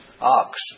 ox